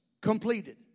completed